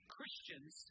Christians